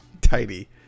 Tidy